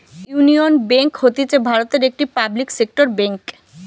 union bank হতিছে ভারতের একটি পাবলিক সেক্টর বেঙ্ক